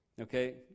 Okay